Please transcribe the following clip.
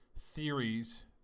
theories